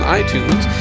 itunes